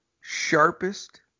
sharpest